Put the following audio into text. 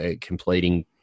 completing